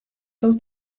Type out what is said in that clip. del